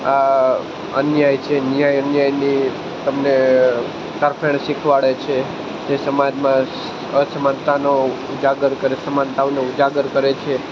આ અન્યાય છે ન્યાય અન્યાયની તમને તરફેણ શિખવાડે છે તે સમાજમાં અસમાનતાનો ઉજાગર કરે સમાનતાઓનો ઉજાગર કરે છે